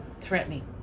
threatening